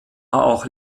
auch